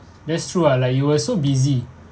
that's true ah like you were so busy